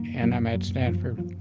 and i'm at stanford.